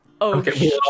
Okay